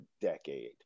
decade